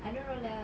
I don't know lah